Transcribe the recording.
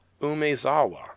Umezawa